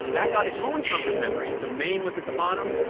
that got its own chunk of memory. so main was at the bottom,